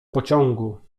pociągu